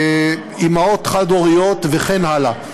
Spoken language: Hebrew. אימהות חד-הוריות וכן הלאה.